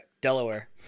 delaware